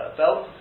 belt